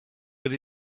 with